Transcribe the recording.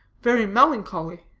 very melancholy.